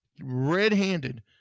red-handed